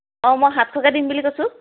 অঁ মই সাতশকৈ দিম বুলি কৈছোঁ